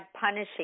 punishing